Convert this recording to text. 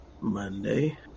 Monday